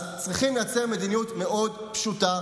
אז צריכים לייצר מדיניות מאוד פשוטה